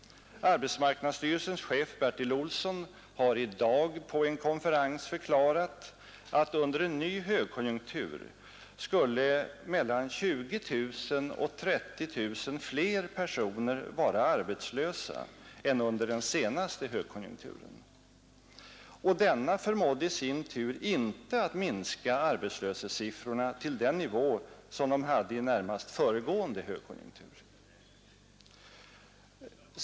Arbetsmarknadsstyrelsens chef Bertil Olsson har i dag på en konferens förklarat att under en ny högkonjunktur skulle mellan 20 000 och 30 000 fler personer vara arbetslösa än under den senaste högkonjunkturen, vilken i sin tur inte förmådde att minska arbetslöshetssiffrorna till den nivå de hade i närmast föregående högkonjunktur.